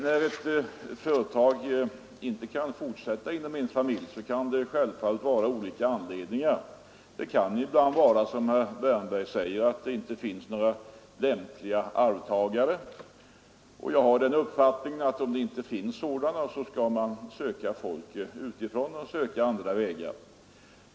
När ett företag inte kan fortsätta inom en familj, kan det självfallet finns olika anledningar härtill. Det kan ibland vara som herr Wärnberg säger, att det inte finns några lämpliga arvtagare. Jag har den uppfattningen att om det inte finns sådana, skall man söka folk utifrån och pröva andra vägar.